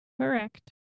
Correct